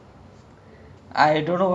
ya it's like !wah!